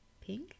pink